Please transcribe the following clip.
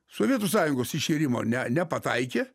sovietų sąjungos iširimo ne nepataikė